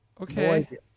Okay